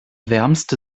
wärmste